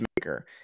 maker